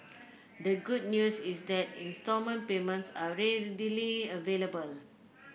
the good news is that instalment payments are readily available